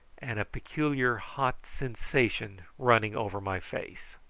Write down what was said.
and a peculiar hot sensation running over my face.